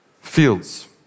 fields